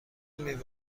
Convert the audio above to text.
میوه